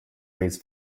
raise